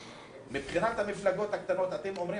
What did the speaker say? מבחינת המפלגות הקטנות אתם מציירים